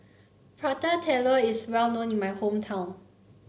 Prata Telur is well known in my hometown